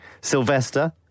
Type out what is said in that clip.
Sylvester